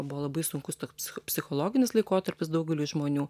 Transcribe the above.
buvo labai sunkus toks psi psichologinis laikotarpis daugeliui žmonių